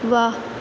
واہ